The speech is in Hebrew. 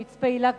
במצפה-הילה,